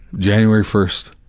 january first.